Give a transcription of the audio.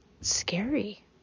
scary